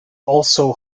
also